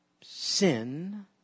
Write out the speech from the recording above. sin